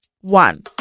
One